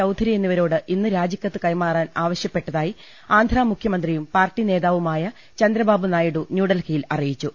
ചൌധരി എന്നിവരോട് ഇന്ന് രാജിക്കത്ത് കൈമാ റാൻ ആവശ്യപ്പെട്ടതായി ആന്ധ്രാമുഖ്യമന്ത്രിയും പാർട്ടി നേതാവു മായ ചന്ദ്രബാബു നായിഡു ന്യൂഡൽഹിയിൽ അറിയിച്ചു